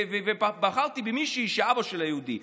בחרתי במישהי שאבא שלה יהודי,